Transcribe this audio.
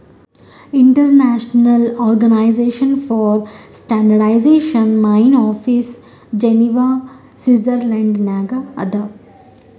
international organisation for standardisation main office Geneva Switzerland ನಾಗ್ ಅದಾ